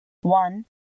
one